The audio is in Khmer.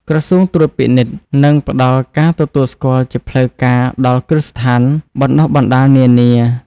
ក្រសួងត្រួតពិនិត្យ និងផ្តល់ការទទួលស្គាល់ជាផ្លូវការដល់គ្រឹះស្ថានបណ្ដុះបណ្ដាលនានា។